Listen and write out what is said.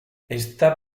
está